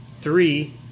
Three